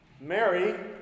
Mary